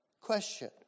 Question